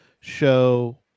show